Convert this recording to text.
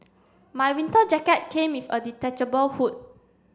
my winter jacket came with a detachable hood